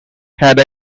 had